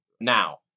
now